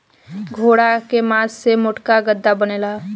घोड़ा के मास से मोटका गद्दा बनेला